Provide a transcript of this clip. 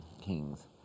kings